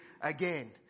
again